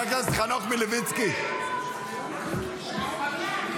זה סרבנות.